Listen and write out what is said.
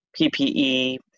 PPE